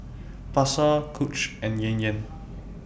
Pasar Coach and Yan Yan